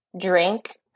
drink